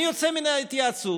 אני יוצא מן ההתייעצות,